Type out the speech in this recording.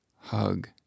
hug